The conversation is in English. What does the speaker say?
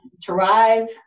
drive